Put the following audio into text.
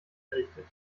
errichtet